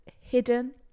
hidden